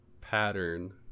pattern